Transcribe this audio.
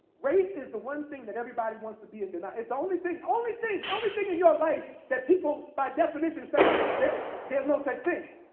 race is the one thing that everybody wants to be and in ah it's the only thing, only thing, only thing in your life that people, by definition, say that there's no such thing.